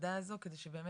הנקודה הזו, על מנת שבאמת